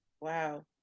Wow